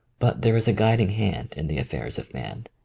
but there is a guiding hand in the affairs of man,